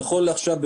נכון לעכשיו,